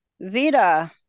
vita